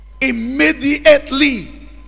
Immediately